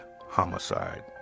homicide